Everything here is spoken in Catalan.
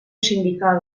sindical